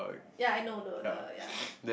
ya I know the the ya